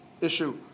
issue